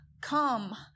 Come